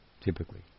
typically